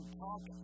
talk